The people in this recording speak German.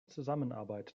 zusammenarbeit